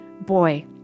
boy